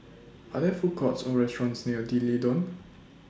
Are There Food Courts Or restaurants near D'Leedon